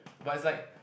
but is like